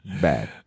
bad